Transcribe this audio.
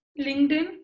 LinkedIn